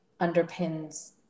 underpins